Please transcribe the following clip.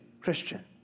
Christian